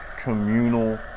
communal